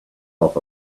off